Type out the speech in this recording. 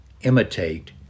imitate